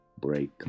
break